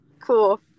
cool